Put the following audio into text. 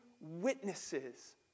witnesses